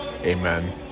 Amen